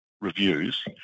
reviews